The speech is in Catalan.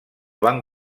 van